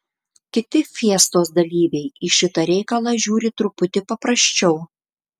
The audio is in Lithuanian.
kiti fiestos dalyviai į šitą reikalą žiūri truputį paprasčiau